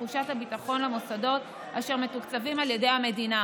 תחושת הביטחון למוסדות אשר מתוקצבים על ידי המדינה.